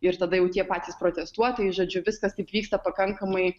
ir tada jau tie patys protestuotojai žodžiu viskas taip vyksta pakankamai